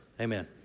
Amen